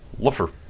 Luffer